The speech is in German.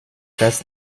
dass